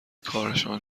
کارشان